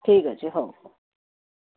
ଠିକ୍ ଅଛି ହଉ ହଉ